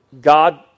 God